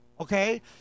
Okay